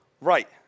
right